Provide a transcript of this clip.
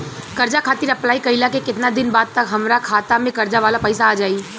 कर्जा खातिर अप्लाई कईला के केतना दिन बाद तक हमरा खाता मे कर्जा वाला पैसा आ जायी?